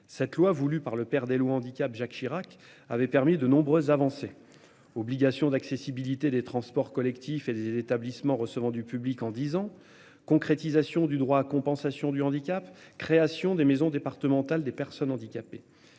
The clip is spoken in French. Cette loi voulue par le père des lois handicap Jacques Chirac avait permis de nombreuses avancées obligation d'accessibilité des transports collectifs et les établissements recevant du public en disant concrétisation du droit à compensation du handicap, création des maisons départementales des personnes handicapées.